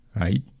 right